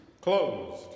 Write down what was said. closed